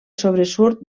sobresurt